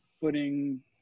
putting